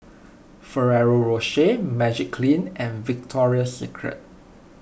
Ferrero Rocher Magiclean and Victoria Secret